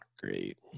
great